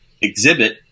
exhibit